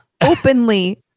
openly